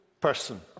person